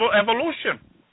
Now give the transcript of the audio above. evolution